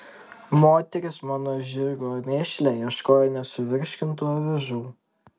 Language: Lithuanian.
moterys mano žirgo mėšle ieškojo nesuvirškintų avižų